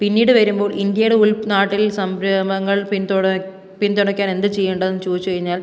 പിന്നീട് വരുമ്പോൾ ഇന്ത്യേയുടെ ഉൾ നാട്ടിൽ സംരംഭങ്ങൾ പിന്തുണയ്ക്കാൻ എന്താണ് ചെയ്യേണ്ടതെന്ന് ചോദിച്ചു കഴിഞ്ഞാൽ